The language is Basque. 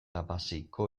hamaseiko